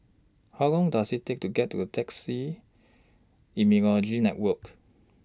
How Long Does IT Take to get to A Taxi Immunology Network